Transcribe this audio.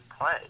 play